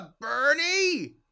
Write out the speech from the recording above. Bernie